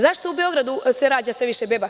Zašto se u Beogradu rađa sve više beba?